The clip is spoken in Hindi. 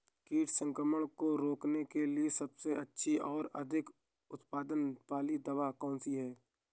कीट संक्रमण को रोकने के लिए सबसे अच्छी और अधिक उत्पाद वाली दवा कौन सी है?